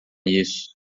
isso